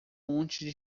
monte